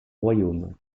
royaume